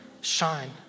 shine